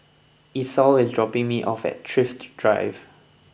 Esau is dropping me off at Thrift Drive